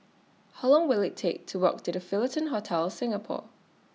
How Long Will IT Take to Walk to The Fullerton Hotel Singapore